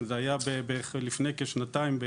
זה היה לפני כשנתיים,